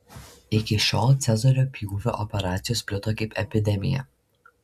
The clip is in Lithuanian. iki šiol cezario pjūvio operacijos plito kaip epidemija